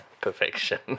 perfection